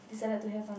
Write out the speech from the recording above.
decided to have or not